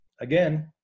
again